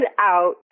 out